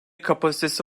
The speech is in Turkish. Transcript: kapasitesi